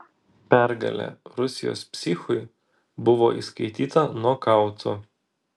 pergalė rusijos psichui buvo įskaityta nokautu